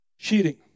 Cheating